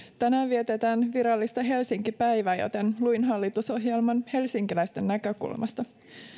tänään vietetään virallista helsinki päivää joten luin hallitusohjelman helsinkiläisten näkökulmasta